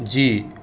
جی